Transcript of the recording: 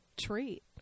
treat